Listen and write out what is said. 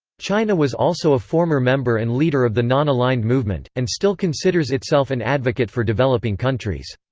china was also a former member and leader of the non-aligned movement, and still considers itself an advocate for developing countries.